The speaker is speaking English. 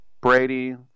Brady